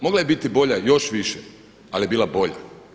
Mogla je biti bolja još više, ali je bila bolja.